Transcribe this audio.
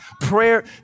prayer